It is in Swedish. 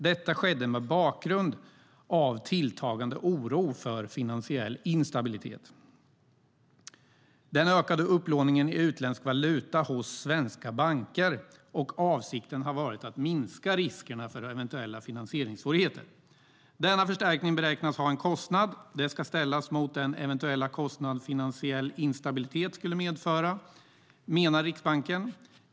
Detta skedde mot bakgrund av en tilltagande oro för finansiell instabilitet och den ökade upplåningen i utländsk valuta hos svenska banker. Avsikten har varit att minska riskerna för eventuella finansieringssvårigheter. Denna förstärkning beräknas ha en kostnad. Den ska ställas mot den eventuella kostnad finansiell instabilitet skulle medföra, menar Riksbanken.